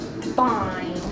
Fine